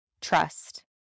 trust